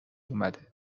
اومده